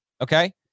Okay